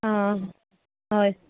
आं होय